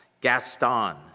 Gaston